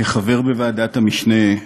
כחבר בוועדת המשנה,